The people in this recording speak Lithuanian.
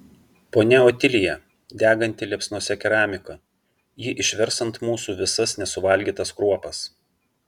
ponia otilija deganti liepsnose keramika ji išvers ant mūsų visas nesuvalgytas kruopas